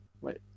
Wait